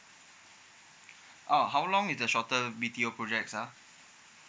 uh how long is the shorter B_T_O project ah